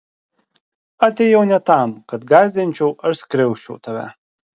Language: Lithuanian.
atėjau ne tam kad gąsdinčiau ar skriausčiau tave